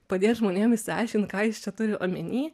padėt žmonėm išsiaiškint ką jis čia turi omeny